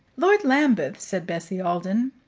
lord lambeth, said bessie alden,